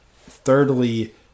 Thirdly